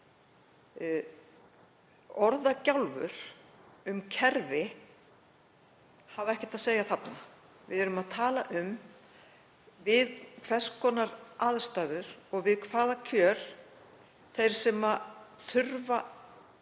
Orðagjálfur um kerfi hefur ekkert að segja þarna. Við erum að tala um við hvers konar aðstæður og við hvaða kjör þeir sem þurfa að